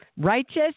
Righteous